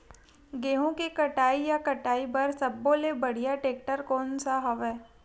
गेहूं के कटाई या कटाई बर सब्बो ले बढ़िया टेक्टर कोन सा हवय?